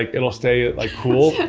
it'll stay like cool.